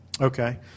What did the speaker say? Okay